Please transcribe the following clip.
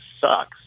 sucks